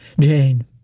Jane